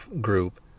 group